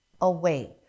away